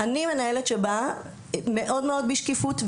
אני מנהלת שבאה מאוד מאוד בשקיפות,